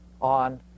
on